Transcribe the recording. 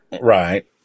Right